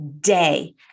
day